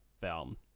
film